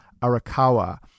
Arakawa